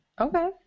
Okay